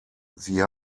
sie